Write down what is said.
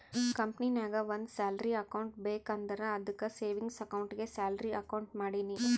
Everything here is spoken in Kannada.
ಕಂಪನಿನಾಗ್ ಒಂದ್ ಸ್ಯಾಲರಿ ಅಕೌಂಟ್ ಬೇಕ್ ಅಂದುರ್ ಅದ್ದುಕ್ ಸೇವಿಂಗ್ಸ್ ಅಕೌಂಟ್ಗೆ ಸ್ಯಾಲರಿ ಅಕೌಂಟ್ ಮಾಡಿನಿ